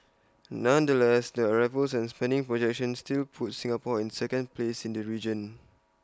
nonetheless the arrivals and spending projections still put Singapore in second place in the region